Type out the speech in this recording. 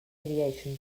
aviation